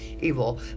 evil